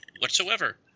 whatsoever